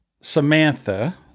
Samantha